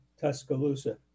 Tuscaloosa